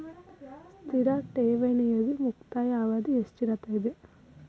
ಸ್ಥಿರ ಠೇವಣಿದು ಮುಕ್ತಾಯ ಅವಧಿ ಎಷ್ಟಿರತದ?